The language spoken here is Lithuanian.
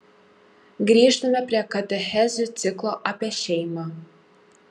grįžtame prie katechezių ciklo apie šeimą